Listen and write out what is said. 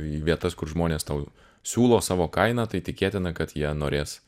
į vietas kur žmonės tau siūlo savo kainą tai tikėtina kad jie norės